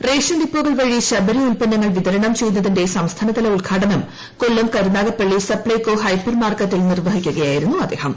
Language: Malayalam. റേഷൻ ഡിപ്പോകൾ വഴി ശബരി ഉത്പന്നങ്ങൾ വിതരണം നടത്തുന്നതിന്റെ സംസ്ഥാനതല ഉദ്ഘാടനം കൊല്ലം കരുനാഗപ്പള്ളി സപ്ലൈകോ ഹൈപ്പർ മാർക്കറ്റിൽ നിർവഹിക്കുകയായിരുന്നു അദ്ദേഹം